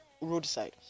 roadside